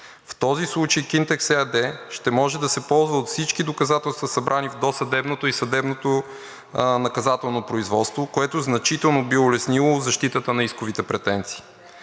В този случай „Кинтекс“ ЕАД ще може да се ползва от всички доказателства, събрани в досъдебното и съдебното наказателно производство, което значително би улеснило защитата на исковите претенции.